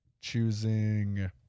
choosing